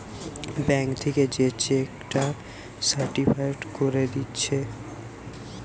bank থিকে যে cheque টা সার্টিফায়েড কোরে দিচ্ছে